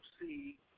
see